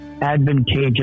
Advantageous